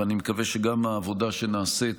אבל אני מקווה שגם העבודה שנעשית